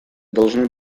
должны